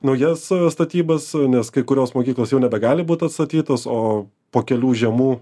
naujas statybas nes kai kurios mokyklos jau nebegali būt atstatytos o po kelių žiemų